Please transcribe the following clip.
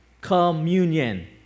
Communion